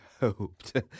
hoped